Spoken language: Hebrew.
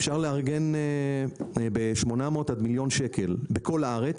אפשר לארגן ב-800 עד מיליון שקל בכל הארץ.